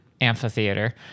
Amphitheater